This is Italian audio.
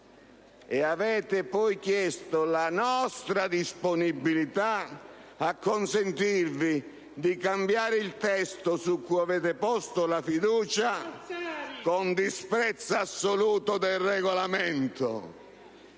sappia l'Aula, la nostra disponibilità a consentirvi di cambiare il testo su cui avete posto la fiducia, con disprezzo assoluto del Regolamento.